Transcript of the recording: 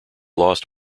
lost